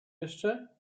jeszcze